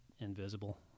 invisible